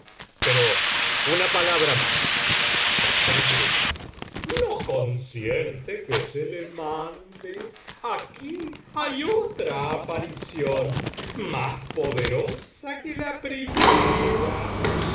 pero una palabra más las br no consiente que se le mande aquí hay otra aparición más poderosa que la primera